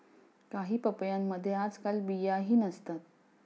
काही पपयांमध्ये आजकाल बियाही नसतात